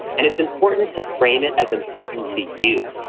and it's important to frame it as important to you,